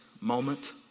moment